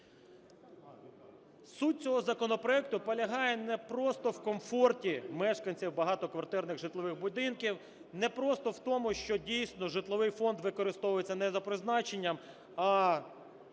суть цього законопроекту полягає не просто в комфорті мешканців багатоквартирних житлових будинків, не просто в тому, що дійсно житловий фонд використовується не за призначенням, а